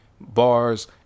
bars